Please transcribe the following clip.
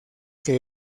que